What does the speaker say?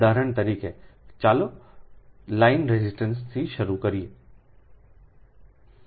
ઉદાહરણ તરીકે ચાલો લાઈન રેઝિસ્ટન્સથી શરૂ કરીએ